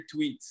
tweets